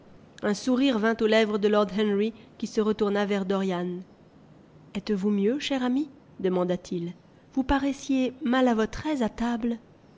un sourire vint aux lèvres de lord henry qui se retourna vers dorian a etes-vous mieux cher ami p demanda-t-il vous paraissiez mal à votre aise à table